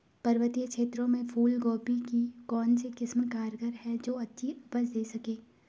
पर्वतीय क्षेत्रों में फूल गोभी की कौन सी किस्म कारगर है जो अच्छी उपज दें सके?